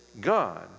God